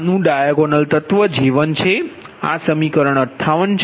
તો આનું ડાયાગોનલ તત્વ J1 છે આ સમીકરણ 58 છે પરંતુ k બરાબર i નથી